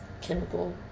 chemical